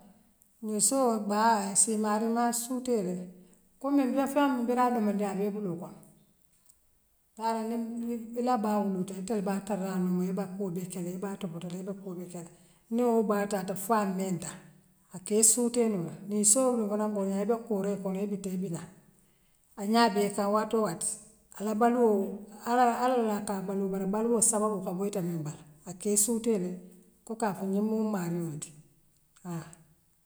Nissoo, baa issii imaarimaa suuteele. Kommi biriŋ a doomandiŋ abee ibuloole kono taala niŋ niŋ ila baa wuluta itele baa tarla a numu ibaa kuuwol bee kele ibaa topotoo ibe kuuol bee keala niŋ wool baa taata fo a minta akee suuteenoola. Nissoo woolfanaŋ kuwoo ňaadi ibe kooree kono ibitee ibi laale a ňaa dee kan waatoo waati, ala baluwoo allah, allah la ka baluu bare baluuwo sababoo faŋ wo itea miŋ bala. Akee suutee le ko kaa foo ňiŋ muŋ maariwol letti. Haa.